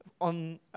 on